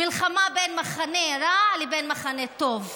מלחמה בין מחנה רע לבין מחנה טוב.